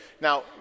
Now